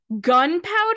Gunpowder